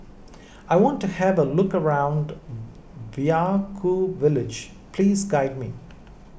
I want to have a look around Vaiaku Village please guide me